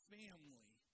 family